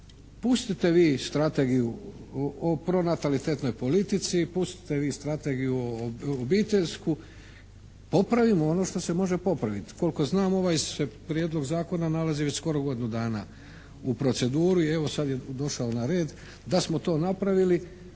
Pustite vi strategiju o pronatalitetnoj politici, pustite vi strategiju obiteljsku. Popravimo ono što se može popraviti. Koliko znam ovaj se Prijedlog zakona nalazi već skoro godinu dana u proceduri. Evo sad je došao na red. Da smo to napravili